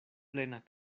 plena